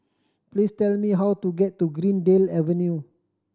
please tell me how to get to Greendale Avenue